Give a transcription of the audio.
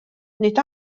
nid